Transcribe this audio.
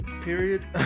period